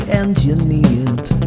engineered